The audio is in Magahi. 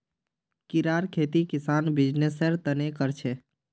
कीड़ार खेती किसान बीजनिस्सेर तने कर छे